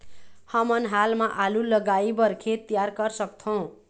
हमन हाल मा आलू लगाइ बर खेत तियार कर सकथों?